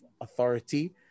authority